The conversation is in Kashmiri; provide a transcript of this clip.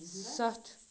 ستھ